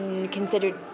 Considered